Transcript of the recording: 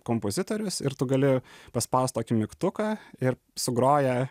kompozitorius ir tu gali paspaust tokį mygtuką ir sugroja